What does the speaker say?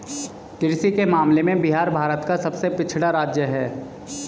कृषि के मामले में बिहार भारत का सबसे पिछड़ा राज्य है